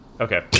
Okay